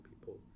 people